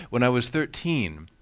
when i was thirteen,